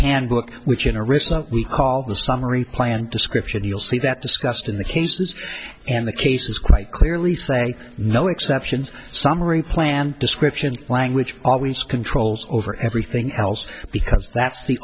handbook which in a recent we call the summary plan description you'll see that discussed in the cases and the cases quite clearly say no exceptions summary plan description language always controls over everything else because that's the